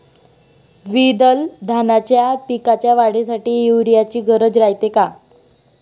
द्विदल धान्याच्या पिकाच्या वाढीसाठी यूरिया ची गरज रायते का?